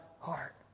Heart